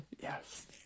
Yes